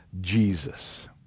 Jesus